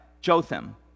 Jotham